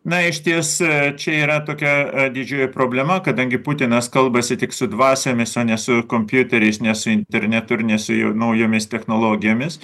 na išties čia yra tokia didžiulė problema kadangi putinas kalbasi tik su dvasiomis o ne su kompiuteriais ne su internetu ir ne su naujomis technologijomis